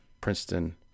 Princeton